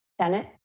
Senate